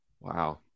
wow